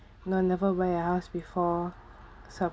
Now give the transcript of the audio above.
no never buy I asked before